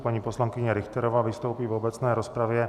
Paní poslankyně Richterová vystoupí v obecné rozpravě.